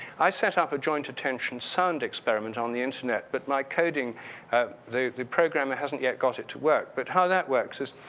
i set up a joint attention sound experiment on the internet, but my coding the the programmer hasn't yet got it to work. but how that works is,